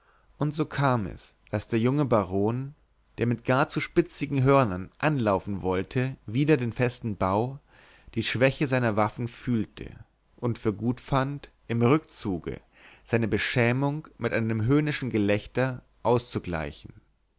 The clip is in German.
und so kam es daß der junge baron der mit gar zu spitzigen hörnern anlaufen wollte wider den festen bau die schwäche seiner waffen fühlte und für gut fand im rückzuge seine beschämung mit einem höhnischen gelächter auszugleichen